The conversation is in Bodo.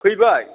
फैबाय